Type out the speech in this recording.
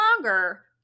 longer